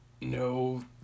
No